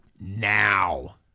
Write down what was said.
Now